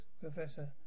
Professor